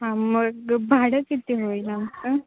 हां मग भाडं किती होईल आमचं